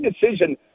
decision